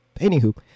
anywho